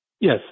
yes